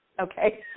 Okay